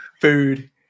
food